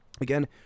Again